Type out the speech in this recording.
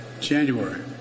January